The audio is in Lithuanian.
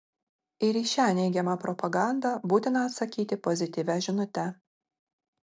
ir į šią neigiamą propagandą būtina atsakyti pozityvia žinute